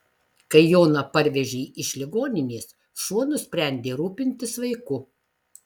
kai joną parvežė iš ligoninės šuo nusprendė rūpintis vaiku